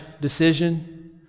decision